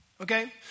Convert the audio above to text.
okay